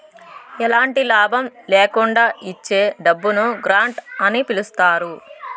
ఎలాంటి లాభం ల్యాకుండా ఇచ్చే డబ్బును గ్రాంట్ అని పిలుత్తారు